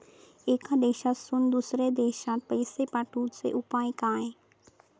एका देशातून दुसऱ्या देशात पैसे पाठवचे उपाय काय?